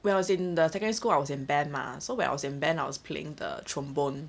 when I was in the secondary school I was in band mah so when I was in band was playing the trombone